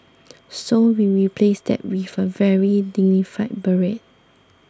so we replaced that with a very dignified beret